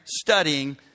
studying